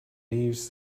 leaves